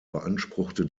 beanspruchte